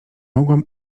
mogłam